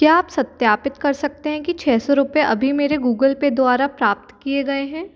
क्या आप सत्यापित कर सकते हैं कि छः सौ रुपये अभी मेरे गूगल पे द्वारा प्राप्त किया गया था